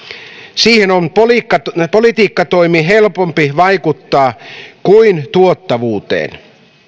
siihen on politiikkatoimin politiikkatoimin helpompi vaikuttaa kuin tuottavuuteen